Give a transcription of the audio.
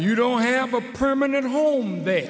you don't have a permanent home the